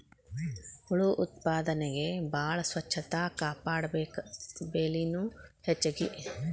ಹುಳು ಉತ್ಪಾದನೆಗೆ ಬಾಳ ಸ್ವಚ್ಚತಾ ಕಾಪಾಡಬೇಕ, ಬೆಲಿನು ಹೆಚಗಿ